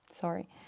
sorry